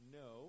no